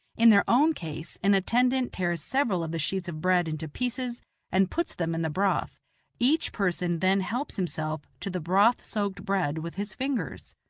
in their own case, an attendant tears several of the sheets of bread into pieces and puts them in the broth each person then helps himself to the broth-soaked bread with his fingers.